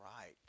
right